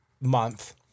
month